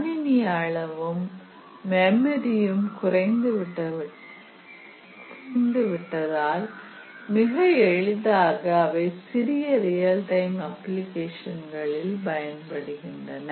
கணினி அளவும் மெமரியும் குறைந்துவிட்டதால் மிக எளிதாக அவை சிறிய ரியல் டைம் அப்பிளிகேஷன்ல் பயன்படுகின்றன